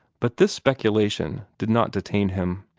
but this speculation did not detain him.